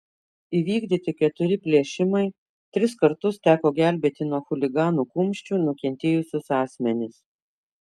įvykdyti keturi plėšimai tris kartus teko gelbėti nuo chuliganų kumščių nukentėjusius asmenis